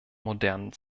modernen